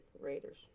Raiders